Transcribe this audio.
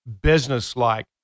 businesslike